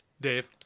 Dave